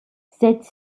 cette